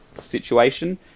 situation